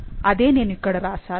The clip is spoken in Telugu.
అదే నేను ఇక్కడ రాసాను